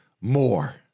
more